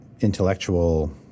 intellectual